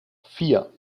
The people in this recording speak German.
vier